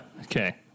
Okay